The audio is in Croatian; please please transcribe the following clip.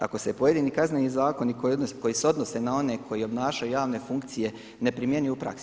Ako se pojedini kazneni zakoni koji se odnose na one koji obnašaju javne funkcije ne primjenjuju u praksi.